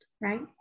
right